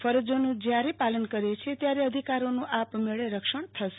ફરજોનું જયારે પાલન કરીએ છીએ ત્યારે અધિકારોનું આપમેળે રક્ષણ થશે